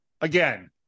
again